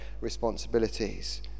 responsibilities